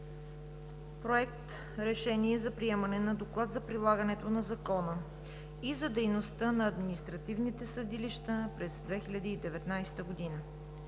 „Проект! РЕШЕНИЕ за приемане на Доклад за прилагането на закона и за дейността на административните съдилища през 2019 г.